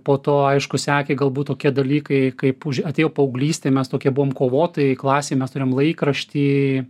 po to aišku sekė galbūt tokie dalykai kaip atėjo paauglystė mes tokie buvom kovotojai klasėj mes turėjom laikraštį